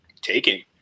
taking